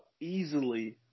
easily